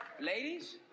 Ladies